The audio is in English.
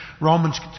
Romans